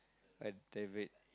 a